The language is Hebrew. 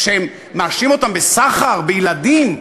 ומאשים אותם בסחר בילדים,